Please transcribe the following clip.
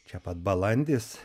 čia pat balandis